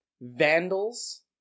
vandals